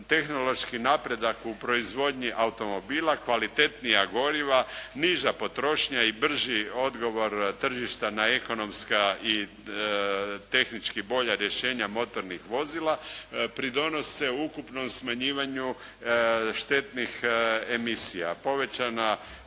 tehnološki napredak u proizvodnji automobila kvalitetnija goriva, niža potrošnja i brži odgovor tržišta na ekonomska i tehnički bolja rješenja motornih vozila pridonose ukupnom smanjivanju štetnih emisija.